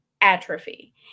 atrophy